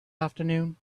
afternoon